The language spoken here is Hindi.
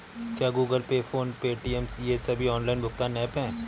क्या Google Pay PhonePe Paytm ये सभी ऑनलाइन भुगतान ऐप हैं?